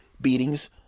beatings